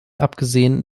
abgesehen